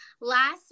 last